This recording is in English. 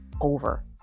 over